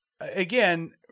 Again